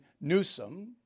Newsom